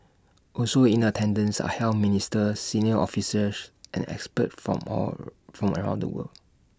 also in attendance are health ministers senior officials and experts from all from around the world